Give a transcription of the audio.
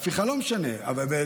הפיכה, לא משנה, אבל תוניס?